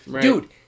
Dude